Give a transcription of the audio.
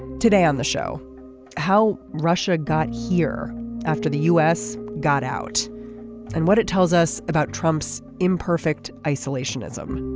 today on the show how russia got here after the u s. got out and what it tells us about trump's imperfect isolationism.